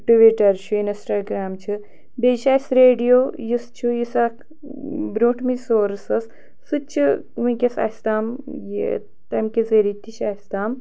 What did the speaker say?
Twitter چھِ Instagram چھِ بیٚیہِ چھِ اَسہِ ریڈیو یُس چھُ یُس اَکھ برٛونٛٹھ مٕے سورٕس ٲس سُہ تہِ چھُ وٕنۍکٮ۪س اَسہِ تام یہِ تَمہِ کہِ ذریعہ تہِ چھِ اَسہِ تام